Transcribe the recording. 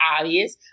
obvious